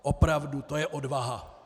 Opravdu, to je odvaha!